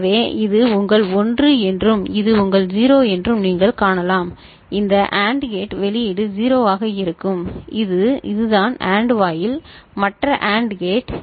எனவே இது உங்கள் 1 என்றும் இது உங்கள் 0 என்றும் நீங்கள் காணலாம் இந்த AND கேட் வெளியீடு 0 ஆக இருக்கும் இது இதுதான் AND வாயில் மற்ற AND கேட்